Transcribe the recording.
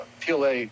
PLA